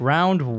Round